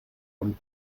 und